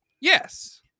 yes